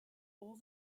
all